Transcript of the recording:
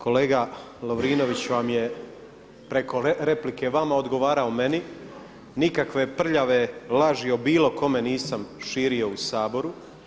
Kolega Lovrinović vam je preko replike vama odgovarao meni, nikakve prljave laži o bilo kome nisam širio u Saboru.